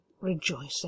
rejoicing